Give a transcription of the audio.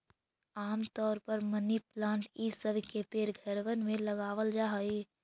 आम तौर पर मनी प्लांट ई सब के पेड़ घरबन में लगाबल जा हई